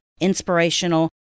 inspirational